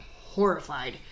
horrified